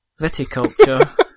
Viticulture